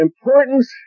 importance